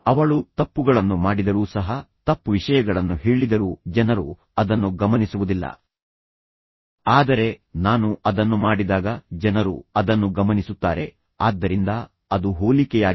ಅವಳು ತಪ್ಪುಗಳನ್ನು ಮಾಡಿದರೂ ಸಹ ತಪ್ಪು ವಿಷಯಗಳನ್ನು ಹೇಳಿದರೂ ಜನರು ಅದನ್ನು ಗಮನಿಸುವುದಿಲ್ಲ ಆದರೆ ನಾನು ಅದನ್ನು ಮಾಡಿದಾಗ ಜನರು ಅದನ್ನು ಗಮನಿಸುತ್ತಾರೆ ಆದ್ದರಿಂದ ಅದು ಹೋಲಿಕೆಯಾಗಿದೆ